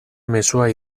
mezua